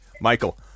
Michael